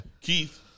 Keith